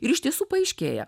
ir iš tiesų paaiškėja